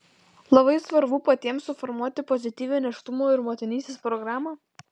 labai svarbu patiems suformuoti pozityvią nėštumo ir motinystės programą